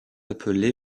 appelé